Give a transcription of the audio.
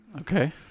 Okay